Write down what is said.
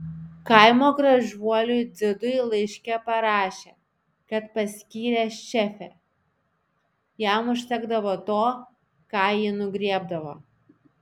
kaimo gražuoliui dzidui laiške parašė kad paskyrė šefe jam užtekdavo to ką ji nugriebdavo